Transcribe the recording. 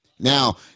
Now